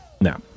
No